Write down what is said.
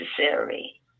necessary